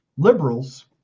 liberals